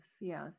yes